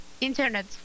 internet